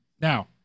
Now